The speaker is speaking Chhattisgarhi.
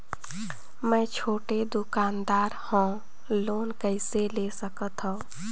मे छोटे दुकानदार हवं लोन कइसे ले सकथव?